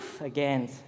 Again